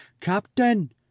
Captain